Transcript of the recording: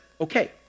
okay